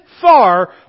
far